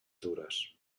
dures